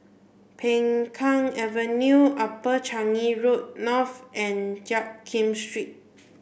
Peng Kang Avenue Upper Changi Road North and Jiak Kim Street